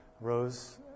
rose